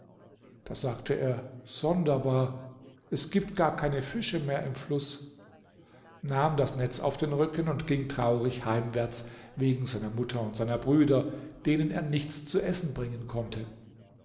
da sagte er sonderbar es gibt gar keine fische mehr im fluß nahm das netz auf den rücken und ging traurig heimwärts wegen seiner mutter und seiner brüder denen er nichts zu essen bringen konnte